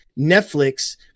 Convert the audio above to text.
Netflix